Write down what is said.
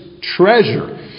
treasure